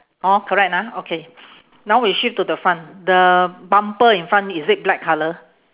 hor correct ah okay now we shift to the front the bumper in front is it black colour